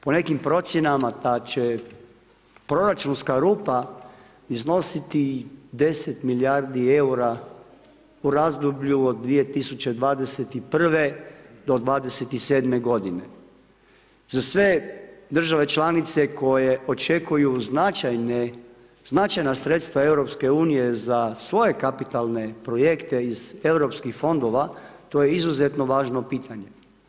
Po nekim procjenama ta će proračunska rupa iznositi 10 milijardi eura u razdoblju od 2021. do 2027. godine za sve države članice koje očekuju značajna sredstva za svoje kapitalne projekte iz europskih fondova, to je izuzetno važno pitanje.